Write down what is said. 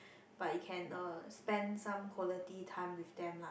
but you can uh spend some quality time with them lah